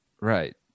Right